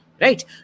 right